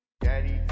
daddy